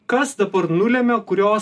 kas dabar nulemia kurios